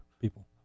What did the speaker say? people